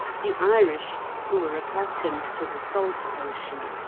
the irish, who are accustomed to the salt ocean,